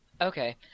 Okay